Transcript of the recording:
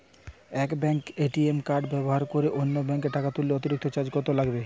এক ব্যাঙ্কের ATM card ব্যবহার করে অন্য ব্যঙ্কে টাকা তুললে অতিরিক্ত চার্জ লাগে কি?